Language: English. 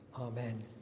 Amen